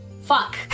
Fuck